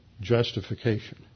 justification